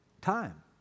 time